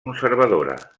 conservadora